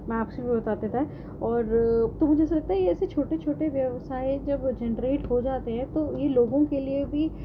maps بھی بتا تیتا ہے اور تو مجھے لگتا ہے یہ ایسے چھوٹے چھوٹے ویوسائے جب جینریٹ ہو جاتے ہیں تو یہ لوگوں کے لیے بھی